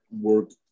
work